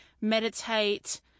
meditate